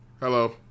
Hello